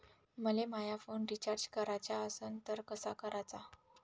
मले माया phone recharge कराचा असन तर कसा कराचा?